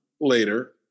later